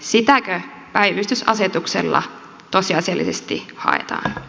sitäkö päivystysasetuksella tosiasiallisesti haetaan